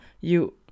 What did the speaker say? You-